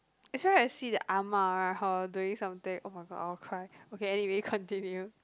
that's why right I see the ah-ma right her doing something oh-my-god I'll cry okay anyway continue